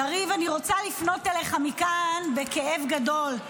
יריב, אני רוצה לפנות אליך מכאן בכאב גדול,